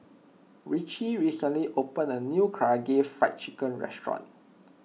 Richie recently opened a new Karaage Fried Chicken restaurant